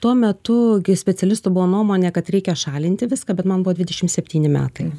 tuo metu kai specialistų buvo nuomonė kad reikia šalinti viską bet man buvo dvidešim septyni metai